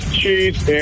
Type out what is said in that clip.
cheese